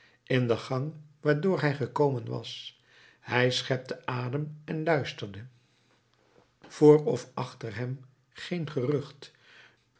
in de gang waardoor hij gekomen was hij schepte adem en luisterde vr of achter hem geen gerucht